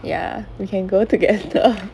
ya we can go together